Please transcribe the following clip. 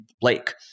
Blake